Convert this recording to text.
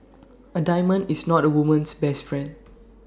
A diamond is not A woman's best friend